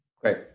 Great